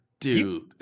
Dude